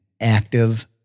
active